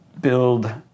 build